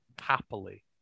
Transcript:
Happily